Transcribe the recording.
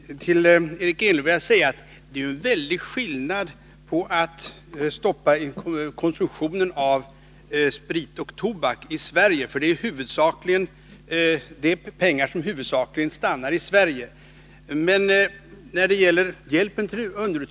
Herr talman! Till Eric Enlund vill jag säga att det är en väldig skillnad mellan att stoppa konsumtionen av sprit och tobak i Sverige, för det är pengar som huvudsakligen stannar i landet, och att minska hjälpen till u-länderna.